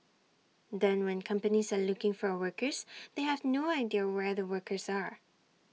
then when companies are looking for workers they have no idea where the workers are